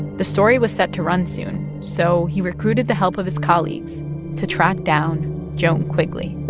the story was set to run soon, so he recruited the help of his colleagues to track down joan quigley